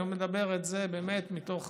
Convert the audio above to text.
אני מדבר על זה באמת מתוך